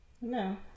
No